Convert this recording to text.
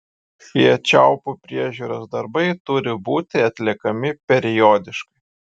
šie čiaupų priežiūros darbai turi būti atliekami periodiškai